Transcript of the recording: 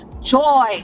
joy